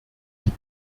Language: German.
die